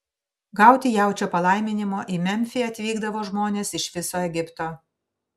gauti jaučio palaiminimo į memfį atvykdavo žmonės iš viso egipto